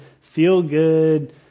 feel-good